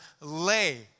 lay